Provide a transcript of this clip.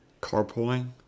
Carpooling